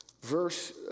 verse